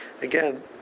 again